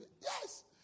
Yes